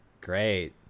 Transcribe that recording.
great